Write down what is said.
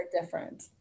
different